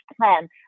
plan